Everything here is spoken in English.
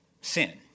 sin